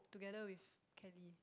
together with Kelly